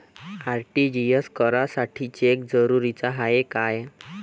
RTGS करासाठी cheque जरुरीचा हाय काय?